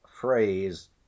phrase